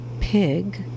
pig